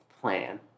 plan